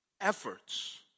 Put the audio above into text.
efforts